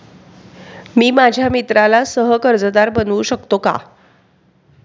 मी माझ्या मित्राला सह कर्जदार बनवू शकतो का?